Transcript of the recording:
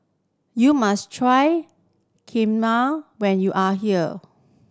you must try Kheema when you are here